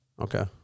Okay